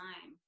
time